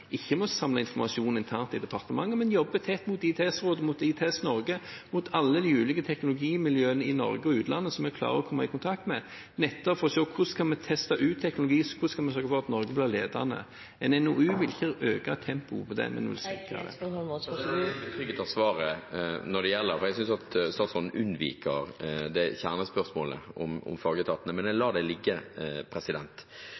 ikke med å samle informasjon internt i departementet, men jobber tett med ITS Rådet, med ITS Norge, med alle de ulike teknologimiljøene i Norge og utlandet som vi klarer å komme i kontakt med, nettopp for å se hvordan vi kan teste ut teknologi, hvordan vi kan sørge for at Norge blir ledende. En NOU vil ikke øke tempoet på det. Jeg er ikke betrygget av svaret, for jeg synes statsråden unnviker kjernespørsmålet om fagetatene, men jeg